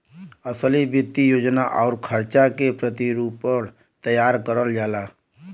असली वित्तीय योजना आउर खर्चा के प्रतिरूपण तैयार करल जाला